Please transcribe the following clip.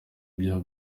ibyaha